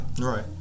Right